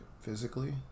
physically